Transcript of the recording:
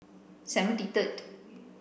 seventy third